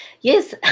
Yes